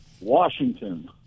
Washington